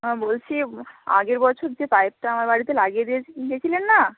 হাঁ বলছি আগের বছর যে পাইপটা আমার বাড়িতে লাগিয়ে দিয়েছি দিয়েছিলেন না